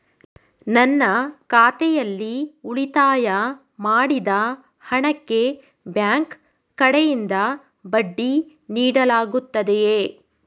ನನ್ನ ಖಾತೆಯಲ್ಲಿ ಉಳಿತಾಯ ಮಾಡಿದ ಹಣಕ್ಕೆ ಬ್ಯಾಂಕ್ ಕಡೆಯಿಂದ ಬಡ್ಡಿ ನೀಡಲಾಗುತ್ತದೆಯೇ?